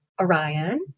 Orion